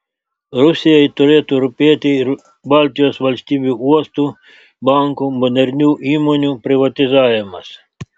rusijai turėtų rūpėti ir baltijos valstybių uostų bankų modernių įmonių privatizavimas